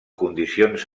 condicions